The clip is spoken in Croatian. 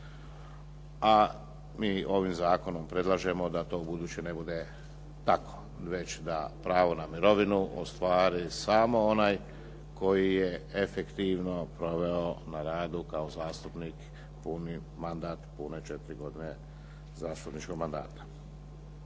a mi ovim zakonom predlažemo da to ubuduće ne bude tako već da pravo na mirovinu ostvari samo onaj koji je efektivno proveo na radu kao zastupnik puni mandat, pune 4 godine zastupničkog mandata.